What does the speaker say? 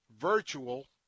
Virtual